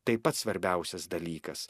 tai pats svarbiausias dalykas